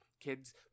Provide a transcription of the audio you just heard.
kids